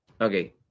Okay